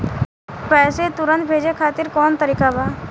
पैसे तुरंत भेजे खातिर कौन तरीका बा?